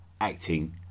acting